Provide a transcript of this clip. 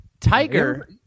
Tiger